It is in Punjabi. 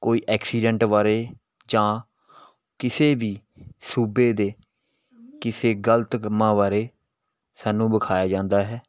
ਕੋਈ ਐਕਸੀਡੈਂਟ ਬਾਰੇ ਜਾਂ ਕਿਸੇ ਵੀ ਸੂਬੇ ਦੇ ਕਿਸੇ ਗਲਤ ਕੰਮਾਂ ਬਾਰੇ ਸਾਨੂੰ ਵਿਖਾਇਆ ਜਾਂਦਾ ਹੈ